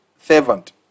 servant